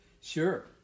Sure